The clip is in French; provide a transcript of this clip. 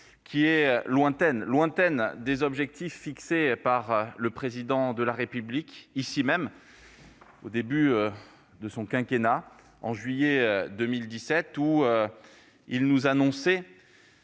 qui est lointaine des objectifs fixés par le Président de la République au début de son quinquennat en juillet 2017, lui qui nous annonçait